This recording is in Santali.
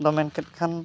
ᱟᱫᱚ ᱢᱮᱱ ᱠᱮᱫ ᱠᱷᱟᱱ